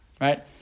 right